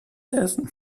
essen